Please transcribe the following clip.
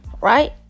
right